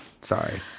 sorry